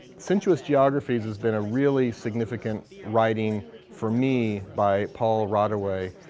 sensuous geographies has been a really significant writing for me by paul rodaway.